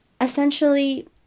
Essentially